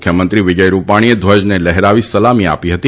મુખ્યમંત્રી વિજય રૂપાણીએ ધ્વજને લહેરાવી સલામી આપી હતી